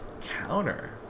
Counter